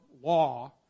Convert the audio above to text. law